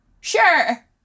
sure